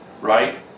right